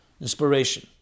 inspiration